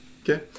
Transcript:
Okay